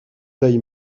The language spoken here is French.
veille